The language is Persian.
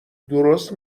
درست